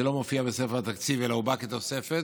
זה לא מופיע בספר התקציב אלא בא כתוספת.